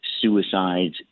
suicides